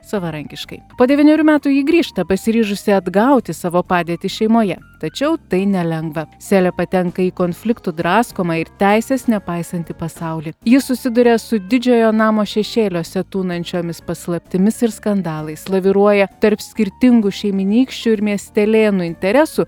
savarankiškai po devynerių metų ji grįžta pasiryžusi atgauti savo padėtį šeimoje tačiau tai nelengva selė patenka į konfliktų draskomą ir teisės nepaisantį pasaulį ji susiduria su didžiojo namo šešėliuose tūnančiomis paslaptimis ir skandalais laviruoja tarp skirtingų šeimynykščių ir miestelėnų interesų